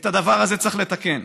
את הדבר הזה צריך לתקן.